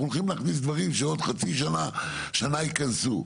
אנחנו הולכים להכניס דברים שעוד חצי או שנה ייכנסו.